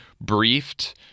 briefed